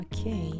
okay